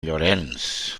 llorenç